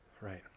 right